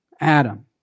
Adam